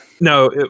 No